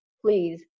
Please